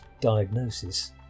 diagnosis